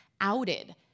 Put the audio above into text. outed